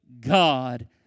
god